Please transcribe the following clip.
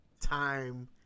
time